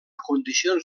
condicions